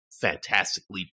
fantastically